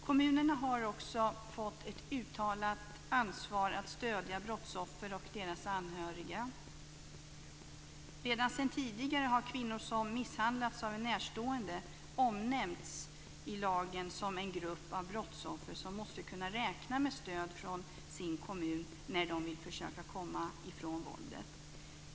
Kommunerna har fått ett uttalat ansvar för att stödja brottsoffer och deras anhöriga. Redan tidigare har kvinnor som misshandlats av en närstående omnämnts i lagen som en grupp av brottsoffer som måste kunna räkna med stöd från sin kommun när de försöker komma ifrån våldet.